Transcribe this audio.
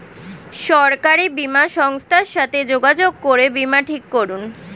সরকারি বীমা সংস্থার সাথে যোগাযোগ করে বীমা ঠিক করুন